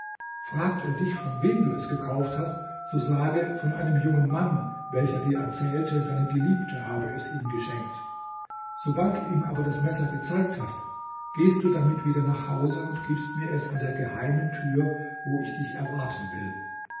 fragt er dich von wem du es gekauft hast so sage von einem jungen mann welcher dir erzählte seine geliebte habe es ihm geschenkt sobald du ihm aber das messer gezeigt hast gehst du damit wieder nach hause und gibst mir es an der geheimen tür wo ich dich erwarten will